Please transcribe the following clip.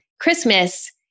Christmas